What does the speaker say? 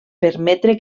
permetre